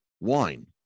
wine